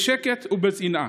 בשקט ובצנעה.